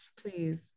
please